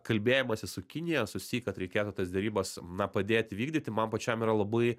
kalbėjimasis su kinija su si kad reikėtų tas derybas na padėt vykdyti man pačiam yra labai